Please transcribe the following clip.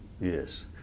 Yes